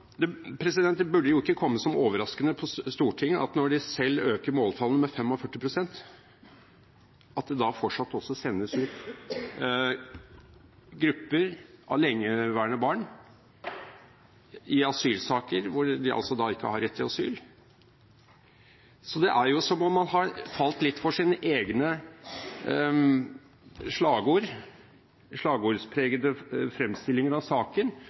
det burde ikke komme overraskende på Stortinget at når de selv øker måltallet med 45 pst., fortsatt sendes ut grupper av lengeværende barn i asylsaker hvor det er besluttet at de ikke har rett til asyl. Det er som om man har falt litt for sine egne slagordspregede fremstillinger av saken,